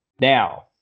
Now